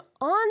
on